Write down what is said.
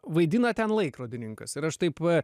vaidina ten laikrodininkas ir aš taip